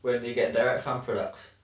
when they get direct farm products